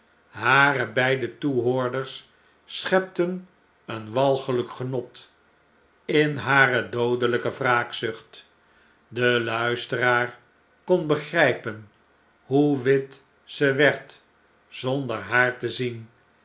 hare beide toehoorders schepten een walgljjk genot in hare doodeiyke wraakzucht de luisteraar kon begrjjpen hoe wit ze werd zonder haar te zien